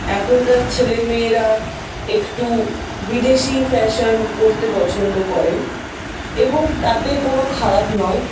এখনকার ছেলেমেয়েরা একটু বিদেশী ফ্যাশন পরতে পছন্দ করে এবং তাতে কোনো খারাপ নয়